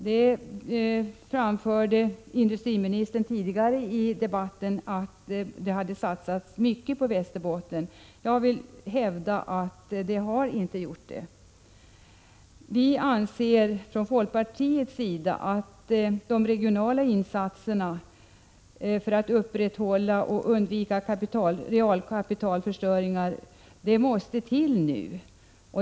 Industriministern framförde i den tidigare interpellationsdebatten att det hade satsats mycket på Västerbotten, men jag vill hävda att så inte har skett. Folkpartiet anser att regionala insatser för att undvika realkapitalförstöring nu måste till.